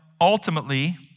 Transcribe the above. ultimately